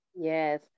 yes